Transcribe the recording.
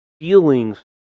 feelings